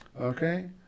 Okay